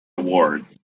awards